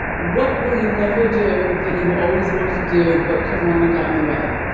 what will you never do that you've always wanted to do, but corona got in the way?